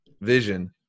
vision